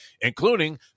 including